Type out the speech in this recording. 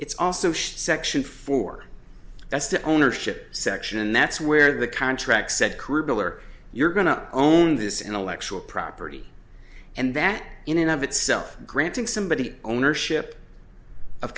it's also section four that's the ownership section and that's where the contract said curricular you're going to own this intellectual property and that in and of itself granting somebody ownership of